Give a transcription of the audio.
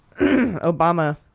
Obama